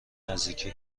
نزدیکی